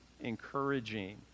encouraging